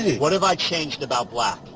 what have i changed about black?